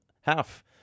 half